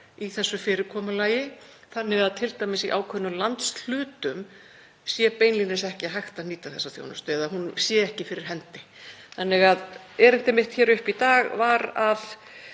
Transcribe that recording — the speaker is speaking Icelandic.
í þessu fyrirkomulagi þannig að t.d. í ákveðnum landshlutum verði beinlínis ekki hægt að nýta þessa þjónustu eða að hún sé ekki fyrir hendi. Erindi mitt hér upp í dag var að